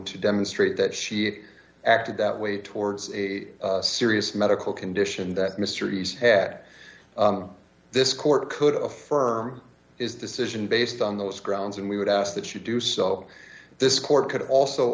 to demonstrate that she it acted that way towards a serious medical condition that mystery's had this court could affirm is decision based on those grounds and we would ask that you do so this court could also